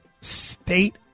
state